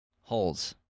Holes